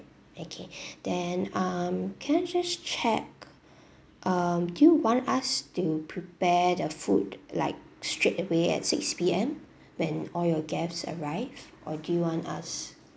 okay then um can I just check um do you want us to prepare the food like straight away at six P_M when all your guests arrive or do you want us